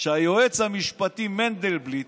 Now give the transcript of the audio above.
שהיועץ המשפטי מנדלבליט